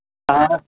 اَہَن حظ